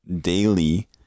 daily